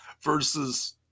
Versus